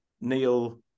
Neil